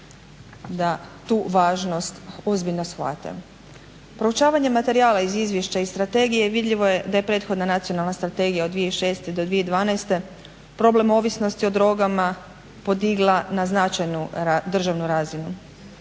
da tu važnost ozbiljno shvate. Proučavanje materijala iz izvješća iz strategije vidljivo je da je prethodna nacionalna strategija od 2006. do 2012. problem ovisnosti o drogama podigla na značajnu državnu razinu